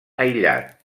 aïllat